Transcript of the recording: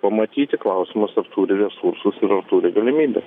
pamatyti klausimas ar turi resursus ir ar turi galimybes